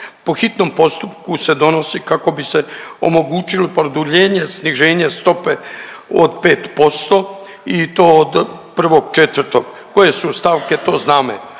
Po hitnom postupku se donosi kako bi se omogućilo produljenje sniženje stope od 5% i to od 1.04., koje su stavke to znamo.